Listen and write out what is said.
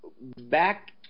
Back